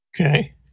Okay